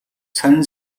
сонин